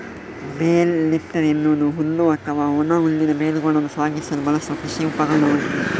bale lifter ಎನ್ನುವುದು ಹುಲ್ಲು ಅಥವಾ ಒಣ ಹುಲ್ಲಿನ ಬೇಲುಗಳನ್ನು ಸಾಗಿಸಲು ಬಳಸುವ ಕೃಷಿ ಉಪಕರಣವಾಗಿದೆ